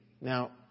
Now